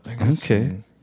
Okay